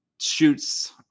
shoots